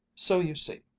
so you see,